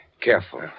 careful